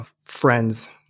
friends